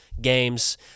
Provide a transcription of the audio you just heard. games